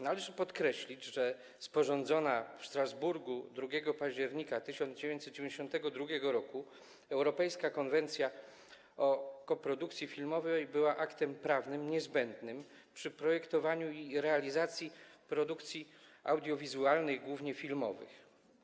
Należy podkreślić, że sporządzana w Strasburgu 2 października 1992 r. Europejska konwencja o koprodukcji filmowej była aktem prawnym niezbędnym przy projektowaniu i realizacji produkcji audiowizualnych, głównie filmowych.